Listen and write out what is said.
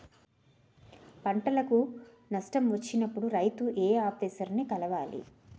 పంటకు నష్టం వచ్చినప్పుడు రైతు ఏ ఆఫీసర్ ని కలవాలి?